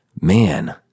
man